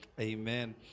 amen